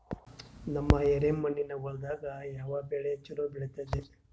ನಮ್ಮ ಎರೆಮಣ್ಣಿನ ಹೊಲದಾಗ ಯಾವ ಬೆಳಿ ಚಲೋ ಬೆಳಿತದ?